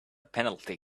penalty